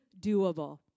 doable